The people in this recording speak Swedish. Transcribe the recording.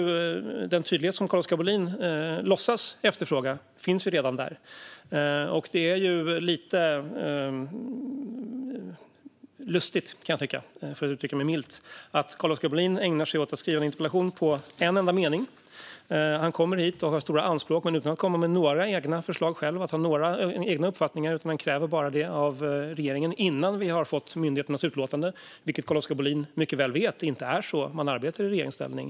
Den tydlighet som Carl-Oskar Bohlin låtsas efterfråga finns alltså redan där. Jag kan tycka att det är lite lustigt - för att uttrycka mig milt - att Carl-Oskar Bohlin skriver en interpellation på en enda mening och kommer hit och har stora anspråk men utan att komma med några egna förslag eller ha några egna uppfattningar. I stället kräver han bara detta av regeringen - innan vi har fått myndigheternas utlåtande, trots att Carl-Oskar Bohlin mycket väl vet att det inte är så man arbetar i regeringsställning.